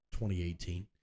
2018